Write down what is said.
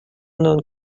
known